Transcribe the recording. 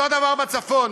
אותו דבר בצפון: